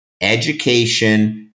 education